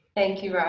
thank you,